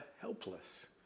helpless